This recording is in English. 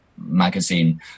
magazine